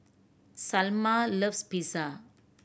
Salma loves Pizza